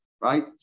right